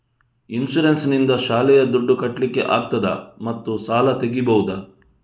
Insurance ನಿಂದ ಶಾಲೆಯ ದುಡ್ದು ಕಟ್ಲಿಕ್ಕೆ ಆಗ್ತದಾ ಮತ್ತು ಸಾಲ ತೆಗಿಬಹುದಾ?